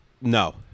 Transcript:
no